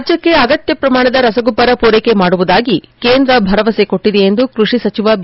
ರಾಜ್ಯಕ್ಷೆ ಅಗತ್ಯ ಶ್ರಮಾಣದ ರಸಗೊಬ್ಬರ ಪೂರೈಕೆ ಮಾಡುವುದಾಗಿ ಕೇಂದ್ರ ಭರವಸೆ ಕೊಟ್ಟದೆ ಎಂದು ಕೃಷಿ ಸಚಿವ ಬಿ